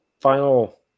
final